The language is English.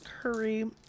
curry